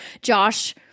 Josh